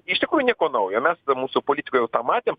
iš tikrųjų nieko naujo mes mūsų politikoj jau tą matėm